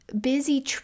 busy